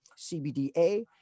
CBDA